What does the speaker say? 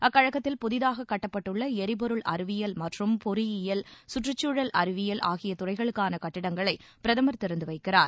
அக்கழகத்தில் புதிதாக கட்டப்பட்டுள்ள எரிபொருள் அறிவியல் மற்றும் பொறியியல் சுற்றுச்சூழல் அறிவியல் ஆகிய துறைகளுக்காக கட்டிடங்களை பிரதமர் திறந்து வைக்கிறார்